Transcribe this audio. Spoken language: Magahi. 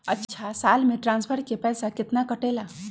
अछा साल मे ट्रांसफर के पैसा केतना कटेला?